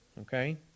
okay